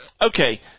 Okay